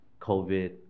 COVID